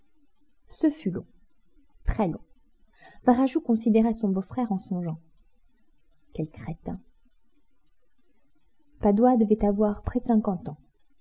ce fut long très long varajou considérait son beau-frère en songeant quel crétin padoie devait avoir près de cinquante ans